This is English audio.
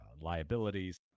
liabilities